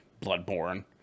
Bloodborne